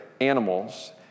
animals